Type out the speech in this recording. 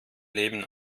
leben